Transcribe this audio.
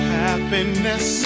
happiness